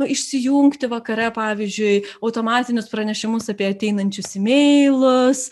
nu išsijungti vakare pavyzdžiui automatinius pranešimus apie ateinančius imeilus